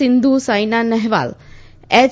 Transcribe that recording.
Sindhu Saina Nehwal H